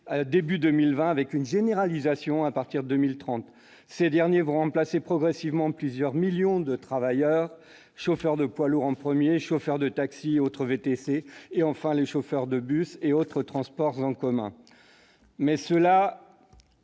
début de 2020, avec une généralisation à partir de 2030. Ces derniers vont remplacer progressivement plusieurs millions de travailleurs : les chauffeurs de poids lourds en premier, puis les chauffeurs de taxis et autres VTC, enfin les chauffeurs de bus et autres transports en commun. Il